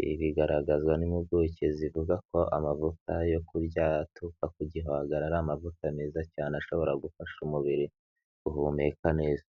Ibi bigaragaza n'impuguke zivuga ko amavuta yo kurya aturuka ku gihwagari ari amavuta meza cyane, ashobora gufasha umubiri guhumeka neza.